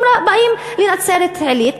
הם באים לנצרת-עילית,